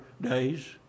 days